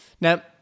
now